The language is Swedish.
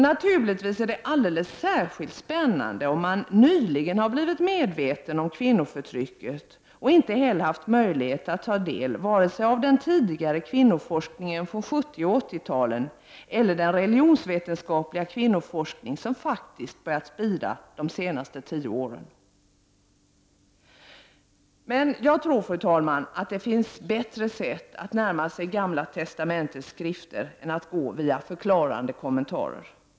Naturligtvis är det alldeles särskilt spännande om man nyligen har blivit medveten om kvinnoförtrycket och inte heller haft möjlighet att ta del av vare sig den tidigare kvinnoforskningen från 70 och 80-talen eller den religionsvetenskapliga kvinnoforskning som faktiskt börjat spira de senaste tio åren. Fru talman! Men jag tror att det finns bättre sätt att närma sig Gamla testamentets skrifter än att gå via förklarande kommentarer.